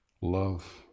Love